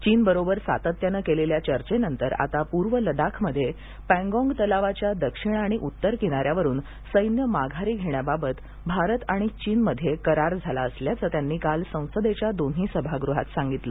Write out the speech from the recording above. चीनबरोबर सातत्यानं केलेल्या चर्चेनंतर आता पूर्व लडाखमध्ये पेंगॉग तलावाच्या दक्षिण आणि उत्तर किनाऱ्यावरून सैन्य माघारी घेण्याबाबत भारत आणि चीनमध्ये करार झाला असल्याचं त्यांनी काल संसदेच्या दोन्ही सभागृहात सांगितलं